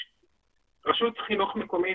רשות חינוך מקומית,